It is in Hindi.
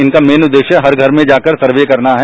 इनका मेन उद्देस्य हर घर में जाकर सर्वे करना है